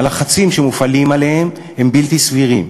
הלחצים שמופעלים עליהם הם בלתי סבירים.